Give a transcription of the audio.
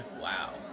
Wow